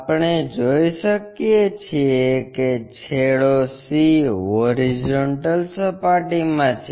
આપણે જોઈ શકીએ કે છેડો C હોરિઝોન્ટલ સપાટીમાં છે